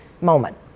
moment